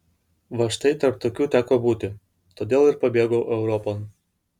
va štai tarp tokių teko būti todėl ir pabėgau europon